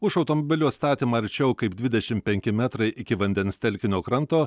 už automobilio statymą arčiau kaip dvidešim penki metrai iki vandens telkinio kranto